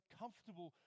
comfortable